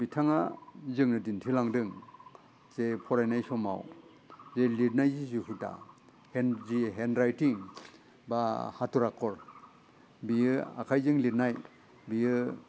बिथाङा जोंनो दिन्थिलांदों जे फरायनाय समाव जे लिरनायनि जि हुदा हेन्ड जि हेन्ड राइथिं बा हाथर आखर बेयो आखाइजों लिरनाय बेयो